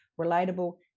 relatable